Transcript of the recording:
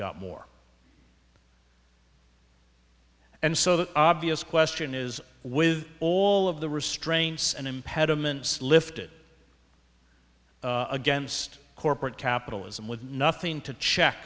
got more and so the obvious question is with all of the restraints and impediments lifted against corporate capitalism with nothing to check